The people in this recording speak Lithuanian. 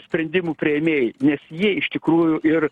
sprendimų priėmėjai nes jie iš tikrųjų ir